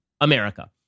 America